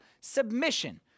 submission